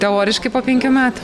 teoriškai po penkių metų